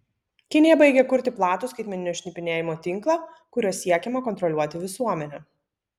kinija baigia kurti platų skaitmeninio šnipinėjimo tinklą kuriuo siekiama kontroliuoti visuomenę